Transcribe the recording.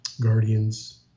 Guardians